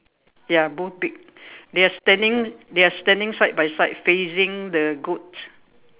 ya both big they are standing they are standing side by side facing the goat